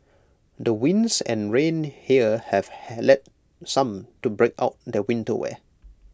the winds and rain here have had led some to break out their winter wear